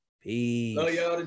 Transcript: Peace